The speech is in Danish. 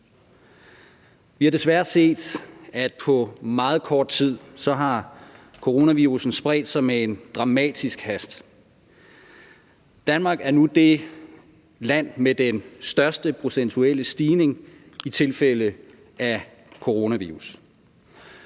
Vi har desværre set, at coronavirussen på meget kort tid har spredt sig med en dramatisk hast. Danmark er nu det land med den største procentuelle stigning i tilfælde af coronavirus.